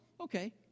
Okay